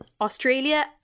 Australia